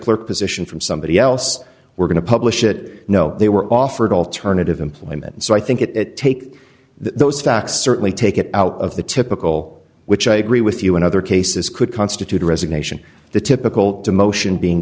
clerk position from somebody else we're going to publish it no they were offered alternative employment so i think it it take those facts certainly take it out of the typical which i agree with you in other cases could constitute a resignation the typical demotion being